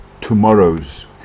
tomorrows